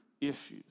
issues